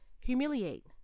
humiliate